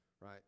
right